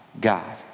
God